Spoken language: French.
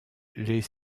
les